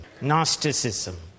gnosticism